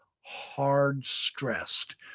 hard-stressed